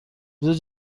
روز